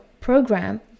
program